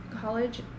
college